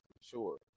Sure